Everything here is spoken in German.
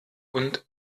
und